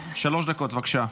שלוש דקות, בבקשה.